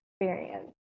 experience